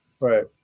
right